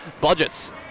Budgets